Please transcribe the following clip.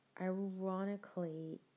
ironically